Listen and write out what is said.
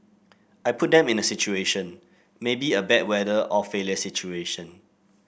I put them in a situation maybe a bad weather or failure situation